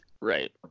right